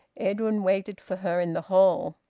edwin waited for her in the hall.